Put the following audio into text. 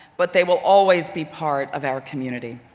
but they will always be part of our community.